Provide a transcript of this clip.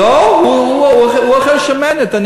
לא, הוא אוכל שמנת.